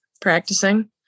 practicing